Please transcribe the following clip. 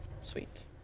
sweet